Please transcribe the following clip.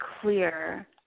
clear